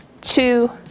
two